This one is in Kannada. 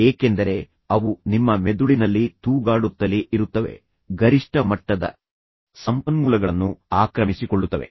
ಏಕೆಂದರೆ ಅವು ನಿಮ್ಮ ಮೆದುಳಿನಲ್ಲಿ ತೂಗಾಡುತ್ತಲೇ ಇರುತ್ತವೆ ಅವು ಅಲ್ಲಿಯೇ ತೂಗಾಡುತ್ತಲೇ ಇರುತ್ತವೆ ಗರಿಷ್ಠ ಮಟ್ಟದ ಸಂಪನ್ಮೂಲಗಳನ್ನು ಆಕ್ರಮಿಸಿಕೊಳ್ಳುತ್ತವೆ